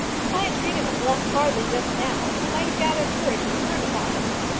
if i had treated him less hardly just now, he might have gathered courage and turned upon us.